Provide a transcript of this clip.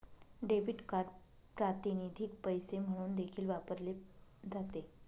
debit card प्रातिनिधिक पैसे म्हणून देखील वापरले जाते